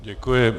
Děkuji.